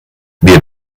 wir